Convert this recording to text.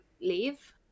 leave